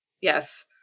Yes